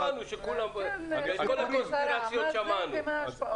את כל הקונספירציות שמענו.